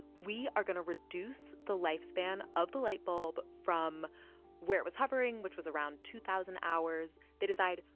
we are going to reduce the lifespan of the light bulb from where it was hovering, which was around two thousand hours. they decide,